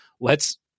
lets